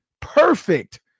perfect